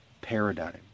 paradigm